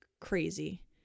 crazy